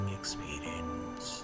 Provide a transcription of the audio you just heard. experience